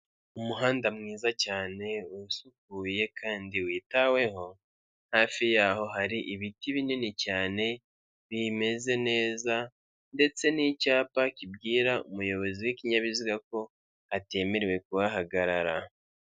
Umuhanda mwiza cyane usukuye kandi witaweho, hafi yaho hari ibiti binini cyane, bimeze neza ndetse n'icyapa kibwira umuyobozi w'ikinyabiziga ko atemerewe kuhagarara.